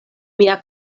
mia